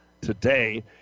today